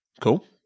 Cool